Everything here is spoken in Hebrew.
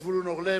זבולון אורלב.